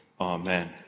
Amen